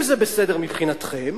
אם זה בסדר מבחינתכם